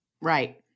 Right